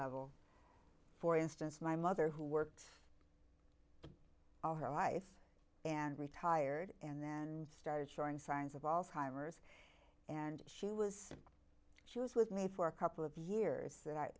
level for instance my mother who worked all her life and retired and then started showing signs of also timers and she was she was with me for a couple of years